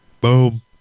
Boom